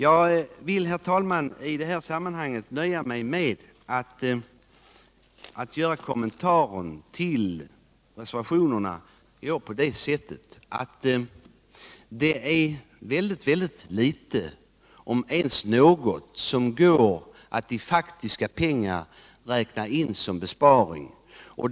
Jag skall, herr talman, i det här sammanhanget nöja mig med att göra kommentaren till reservationerna på det sättet att jag säger att det bara är ytterst litet, om ens något, som går att i faktiska pengar räkna in som besparing.